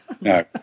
No